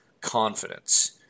confidence